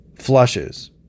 flushes